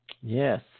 Yes